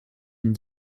une